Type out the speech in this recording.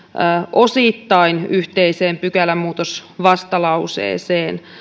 osittain yhteiseen pykälämuutosvastalauseeseen